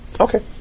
Okay